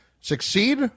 succeed